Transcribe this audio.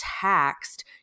taxed